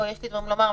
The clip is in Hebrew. יש לי מה לומר,